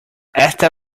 esta